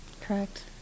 correct